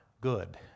good